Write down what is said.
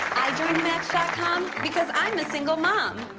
joined com com because i'm a single mom.